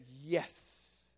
yes